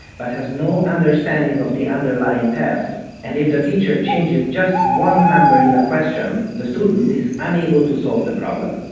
but has no understanding of the underlying tasks, and if the teacher changes just one number in a question, the student is unable to solve the problem.